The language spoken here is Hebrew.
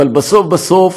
אבל בסוף, בסוף,